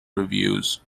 reviews